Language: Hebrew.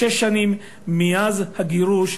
שש שנים מאז הגירוש,